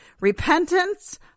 Repentance